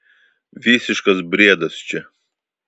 visiškas briedas čia